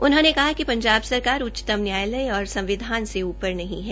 उन्होंने कहा कि पंजाब सरकार उच्चतम न्यायालय और संविधान से ऊपर नहीं है